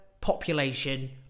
population